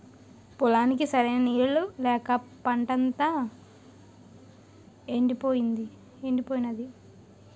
పొలానికి సరైన నీళ్ళు లేక పంటంతా యెండిపోనాది